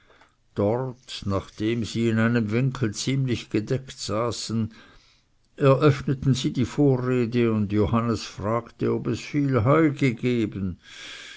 dort nachdem sie in einem winkel ziemlich gedeckt saßen eröffneten sie die vorrede und johannes fragte ob es viel heu gegeben